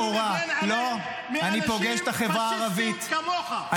ואני מגן עליהם מאנשים פשיסטים כמוך.